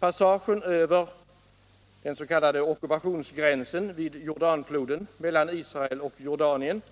Passagen över ”ockupationsgränsen” vid Jordanfloden mellan Israel och Jordanien